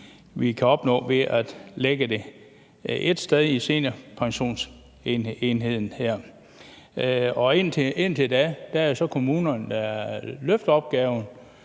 vi kan opnå ved at lægge det ét sted, altså i seniorpensionsenheden her. Indtil da er det så kommunerne, der løfter opgaven.